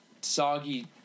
soggy